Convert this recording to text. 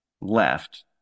left